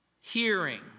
hearing